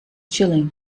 chilling